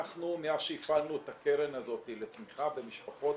אנחנו מאז שהפעלנו את הקרן הזאת לתמיכה במשפחות